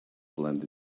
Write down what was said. blend